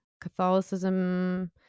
Catholicism